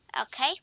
Okay